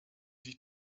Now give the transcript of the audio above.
sich